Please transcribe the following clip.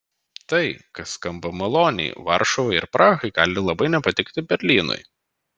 tai kas skamba maloniai varšuvai ar prahai gali labai nepatikti berlynui